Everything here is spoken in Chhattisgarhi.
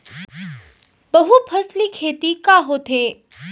बहुफसली खेती का होथे?